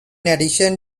addition